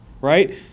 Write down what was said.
right